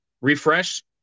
refresh